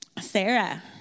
Sarah